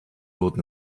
wurden